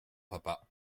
papa